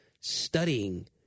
studying